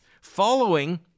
following